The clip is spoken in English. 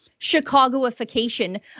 Chicagoification